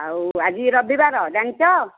ଆଉ ଆଜି ରବିବାର ଜାଣିଛ